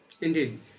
Indeed